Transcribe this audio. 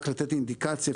רק לתת אינדיקציה,